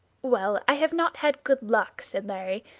well, i have not had good luck, said larry,